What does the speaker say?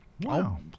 Wow